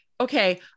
okay